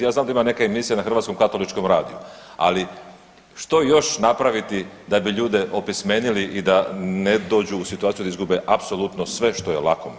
Ja znam da ima neka emisija na Hrvatskom katoličkom radiju, ali što još napraviti da bi ljude opismenili i da ne dođu u situaciju da izgube apsolutno sve što je lako moguće.